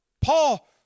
Paul